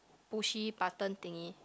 pushy button thingy